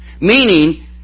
Meaning